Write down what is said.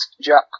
Jack